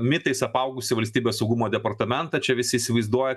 mitais apaugusį valstybės saugumo departamentą čia visi įsivaizduoja